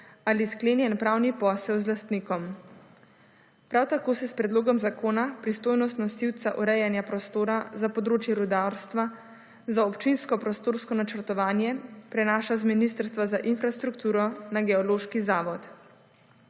ali sklenjen pravni posel z lastnikom. Prav tako se s predlogom zakona pristojnost nosilca urejanja prostora za področje rudarstva za občinsko prostorsko načrtovanje prenaša iz Ministrstva za infrastrukturo na Geološki zavod.